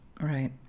right